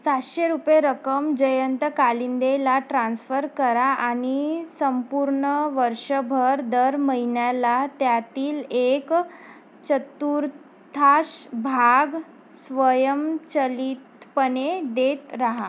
सातशे रुपये रक्कम जयंत कालिंदेला ट्रान्स्फर करा आणि संपूर्ण वर्षभर दर महिन्याला त्यातील एक चतुर्थांश भाग स्वयंचलितपणे देत राहा